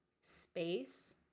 space